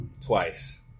twice